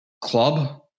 club